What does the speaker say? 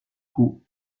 coup